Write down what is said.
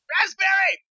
Raspberry